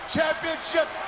Championship